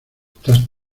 estás